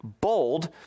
bold